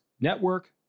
network